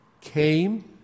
came